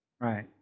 right